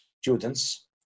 students